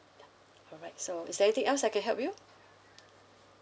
ya alright so is there anything else I can help you